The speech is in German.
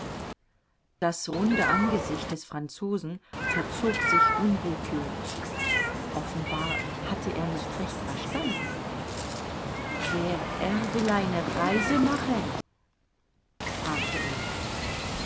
das runde angesicht des franzosen verzog sich unwillkürlich offenbar hatte er nicht recht verstanden der herr will eine reise machen fragte er